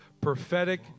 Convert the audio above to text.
prophetic